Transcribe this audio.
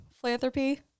philanthropy